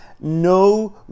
No